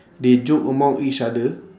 they joke among each other